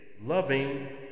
loving